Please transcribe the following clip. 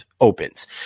opens